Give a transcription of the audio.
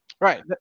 right